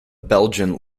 belgian